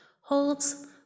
holds